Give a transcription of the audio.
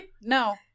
no